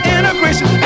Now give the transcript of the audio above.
Integration